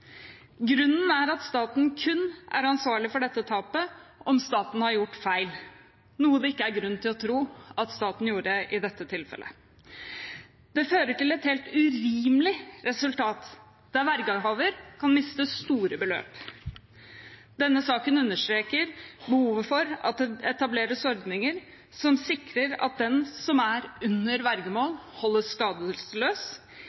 Grunnen er at staten kun er ansvarlig for dette tapet om staten har gjort feil, noe det ikke er grunn til å tro at staten gjorde i dette tilfellet. Det fører til et helt urimelig resultat, der vergehaver kan miste store beløp. Denne saken understreker behovet for at det etableres ordninger som sikrer at den som er under